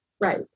Right